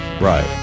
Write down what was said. Right